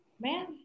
man